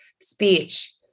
speech